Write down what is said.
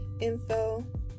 info